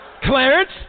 Clarence